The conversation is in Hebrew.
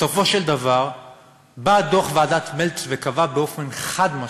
בסופו של דבר בא דוח ועדת מלץ וקבע באופן חד-משמעי: